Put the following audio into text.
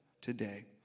today